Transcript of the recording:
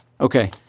Okay